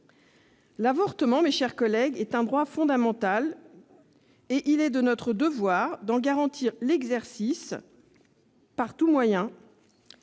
l'avortement est un droit fondamental, et il est de notre devoir d'en garantir l'exercice par tout moyen